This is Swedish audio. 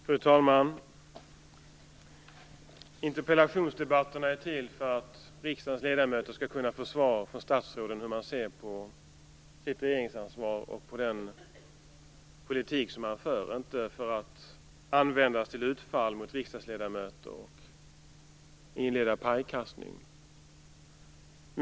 Fru talman! Interpellationsdebatterna är till för att riksdagens ledamöter skall kunna få svar från statsråden på hur de ser på sitt regeringsansvar och på den politik som de för. De är inte till för att användas till utfall mot riksdagsledamöter och att inleda pajkastning.